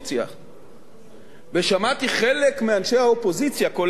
ושמעתי חלק מאנשי האופוזיציה, כולל ממפלגתך שלך,